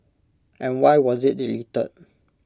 and why was IT deleted